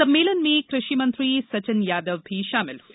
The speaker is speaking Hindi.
सम्मेलन में कृषि मंत्री सचिन यादव भी शामिल हुए